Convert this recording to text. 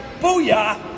Booyah